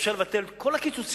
אפשר לבטל את כל הקיצוצים,